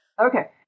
Okay